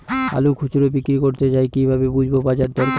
আলু খুচরো বিক্রি করতে চাই কিভাবে বুঝবো বাজার দর?